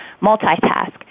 multitask